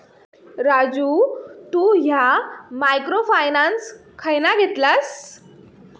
राजू तु ह्या micro finance खयना घेतलस?